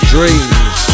Dreams